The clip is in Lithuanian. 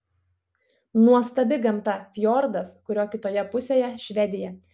nuostabi gamta fjordas kurio kitoje pusėje švedija